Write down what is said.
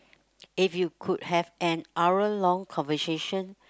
if you could have an hour long conversation